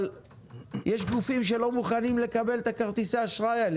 אבל יש גופים שלא מוכנים לקבל את כרטיסי האשראי האלה.